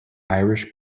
irish